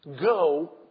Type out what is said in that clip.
Go